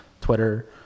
Twitter